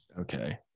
okay